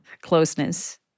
closeness